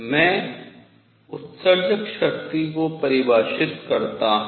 मैं उत्सर्जक शक्ति को परिभाषित कर रहा हूँ